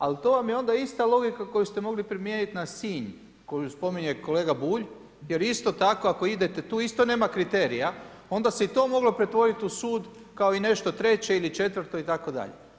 Ali to vam je onda ista logika koju ste mogli primijeniti na Sinj, koju spominje kolega Bulj, jer isto tako ako idete tu isto nema kriterija, onda se i to moglo pretvoriti u sud kao i nešto treće i četvrto ili itd.